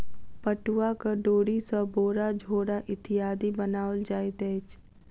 पटुआक डोरी सॅ बोरा झोरा इत्यादि बनाओल जाइत अछि